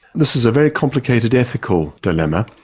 this is a very complicated ethical dilemma.